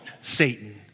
Satan